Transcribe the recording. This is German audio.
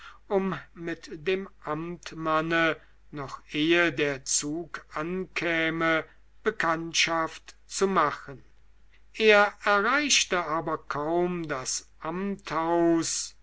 um mit dem amtmanne noch ehe der zug ankäme bekanntschaft zu machen er erreichte aber kaum das amthaus